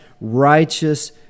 righteous